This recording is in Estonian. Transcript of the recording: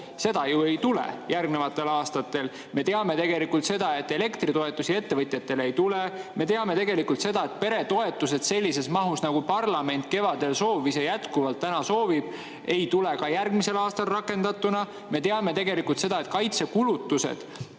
seda ju ei tule järgnevatel aastatel. Me teame ka seda, et elektritoetusi ettevõtjatele ei tule. Me teame seda, et peretoetused sellises mahus, nagu parlament kevadel soovis ja jätkuvalt täna soovib, ei [rakendu] ka järgmisel aastal. Me teame seda, et kaitsekulutused